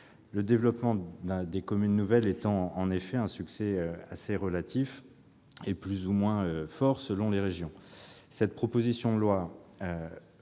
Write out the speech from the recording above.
Le développement des communes nouvelles connaît en effet un succès assez relatif, plus ou moins important selon les régions. Cette proposition de loi